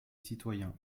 citoyen